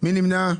מי נמנע?